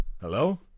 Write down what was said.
Hello